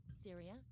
Syria